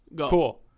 Cool